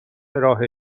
راه